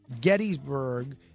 Gettysburg